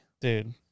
dude